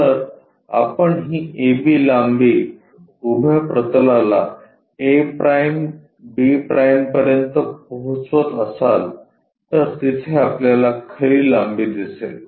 जर आपण ही AB लांबी उभ्या प्रतलात a'b' पर्यंत पोहोचवत असाल तर तिथे आपल्याला खरी लांबी दिसेल